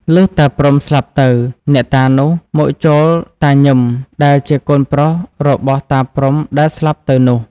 លុះតាព្រំុស្លាប់ទៅ អ្នកតានោះមកចូលតាញឹមដែលជាកូនប្រុសរបស់តាព្រំុដែលស្លាប់ទៅនោះ។